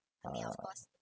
ah